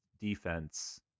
defense